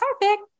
perfect